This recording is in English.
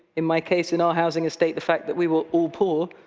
in my case, in our housing estate, the fact that we were all poor.